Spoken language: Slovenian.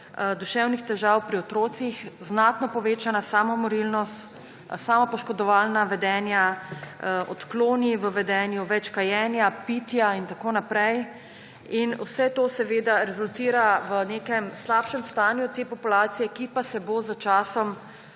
duševnih težav pri otrocih, znatno povečana samomorilnost, samopoškodovalna vedenja, odkloni v vedenju, več kajenja, pitja in tako naprej. Vse to seveda rezultira v nekem slabšem stanju te populacije, ki pa se bo s časom